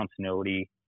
continuity